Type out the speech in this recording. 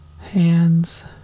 hands